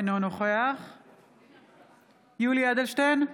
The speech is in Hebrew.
אינו נוכח יולי יואל אדלשטיין,